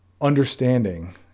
understanding